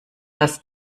das